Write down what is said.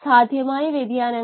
slope 0